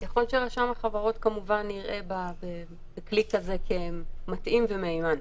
ככול שרשם החברות כמובן יראה בכלי כזה כמתאים ומהימן.